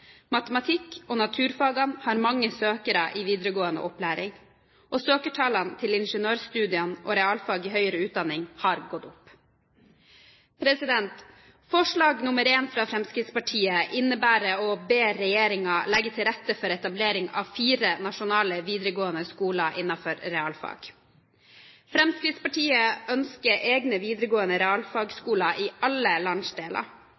Matematikk og naturfagene har mange søkere i videregående opplæring, og søkertallene til ingeniørstudiene og realfag i høyere utdanning har gått opp. Forslag I i dokumentet fra Fremskrittspartiet innebærer å be regjeringen legge til rette for etablering av fire nasjonale videregående skoler innen realfag. Fremskrittspartiet ønsker egne videregående realfagskoler i alle landsdeler.